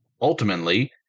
ultimately